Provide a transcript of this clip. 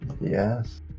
yes